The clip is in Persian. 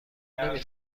نمی